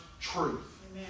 truth